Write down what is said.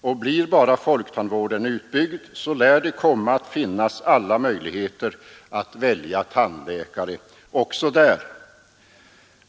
Och blir bara folktandvården utbyggd, lär det komma att finnas alla möjligheter att välja tandläkare också där.